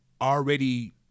already